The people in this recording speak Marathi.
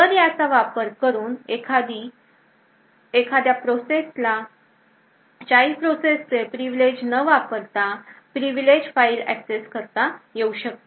तर याचा वापर करून एखादी एखाद्या प्रोसेसला चाइल्ड प्रोसेसचे प्रिविलेज न वापरता प्रिविलेज फाईल ऍक्सेस करता येऊ शकते